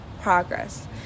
progress